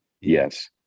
Yes